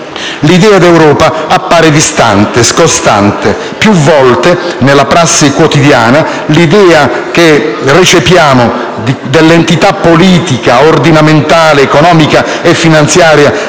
l'idea di Europa appare distante, scostante. Più volte, nella prassi quotidiana, l'idea che recepiamo dell'entità politica, ordinamentale, economica e finanziaria